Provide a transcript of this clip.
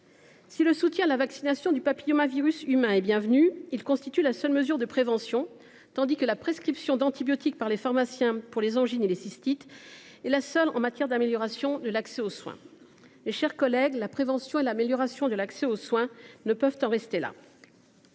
Si le soutien à la vaccination contre le papillomavirus humain est le bienvenu, il constitue la seule mesure de prévention tandis que la prescription d’antibiotiques par les pharmaciens contre les angines et contre les cystites est la seule en matière d’amélioration de l’accès aux soins. Mes chers, collègues, la prévention et l’amélioration de l’accès aux soins ne peuvent en rester là